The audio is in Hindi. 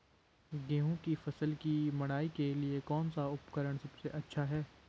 गेहूँ की फसल की मड़ाई के लिए कौन सा उपकरण सबसे अच्छा है?